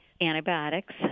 antibiotics